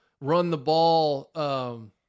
run-the-ball